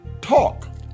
talk